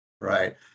Right